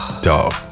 Dog